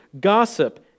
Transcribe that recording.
gossip